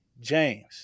James